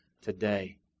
today